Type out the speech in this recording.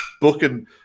booking